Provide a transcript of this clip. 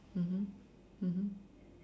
mmhmm mmhmm